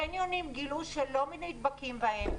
הקניונים, גילו שלא נדבקים בהם.